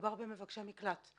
מדובר במבקשי מקלט,